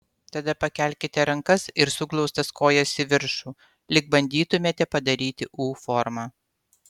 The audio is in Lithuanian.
tada pakelkite rankas ir suglaustas kojas į viršų lyg bandytumėte padaryti u formą